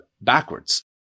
backwards